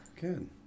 Good